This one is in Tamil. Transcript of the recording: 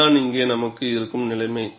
அதுதான் இங்கே நமக்கு இருக்கும் நிலைமை